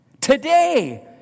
today